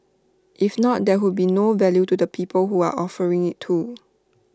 if not there would be no value to the people who are offering IT to